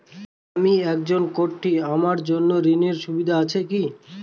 আমি একজন কট্টি আমার জন্য ঋণের সুবিধা আছে কি?